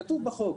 כתוב בחוק.